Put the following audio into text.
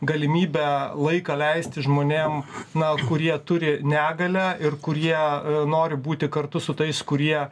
galimybę laiką leisti žmonėm na kurie turi negalią ir kurie nori būti kartu su tais kurie